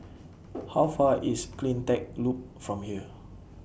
How Far away IS CleanTech Loop from here